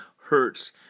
hurts